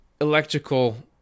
electrical